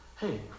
Hey